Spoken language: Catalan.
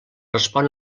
respon